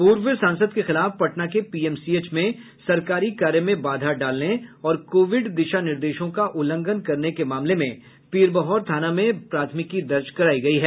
पूर्व सांसद के खिलाफ पटना के पीएमसीएच में सरकारी कार्य में बाधा डालने और कोविड दिशा निर्देशों का उल्लंघन करने के मामले में पीरबहोर थाना में प्राथमिकी दर्ज करायी गयी है